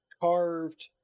carved